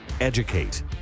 educate